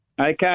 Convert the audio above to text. Okay